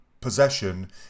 possession